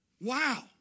Wow